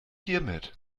hiermit